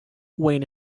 wayne